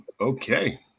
Okay